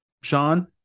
Sean